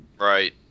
Right